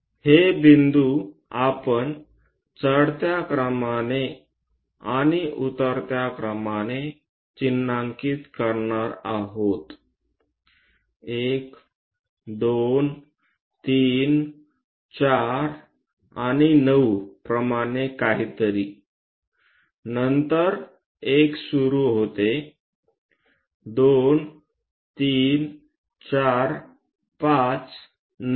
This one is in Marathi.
हे बिंदू आपण चढत्या क्रमाने आणि उतरत्या क्रमाने चिन्हांकित करणार आहोत 1 2 3 4 आणि 9 प्रमाणे काहीतरी नंतर1 सुरू होते 2345 ते 9